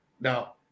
Now